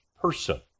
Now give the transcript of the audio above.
person